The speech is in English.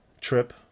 trip